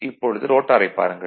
இப்பொழுது ரோட்டாரைப் பாருங்கள்